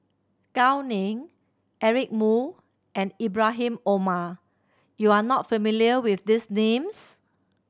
Gao Ning Eric Moo and Ibrahim Omar you are not familiar with these names